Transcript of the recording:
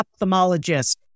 ophthalmologist